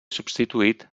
substituït